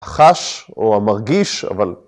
‫חש או המרגיש, אבל...